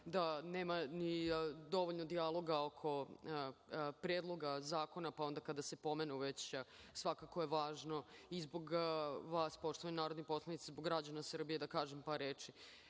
da nema dovoljno dijaloga oko Predloga zakona, pa onda kada se pomenu već, svakako je važno i zbog vas, poštovani narodni poslanici i zbog građana Srbije, da kažem par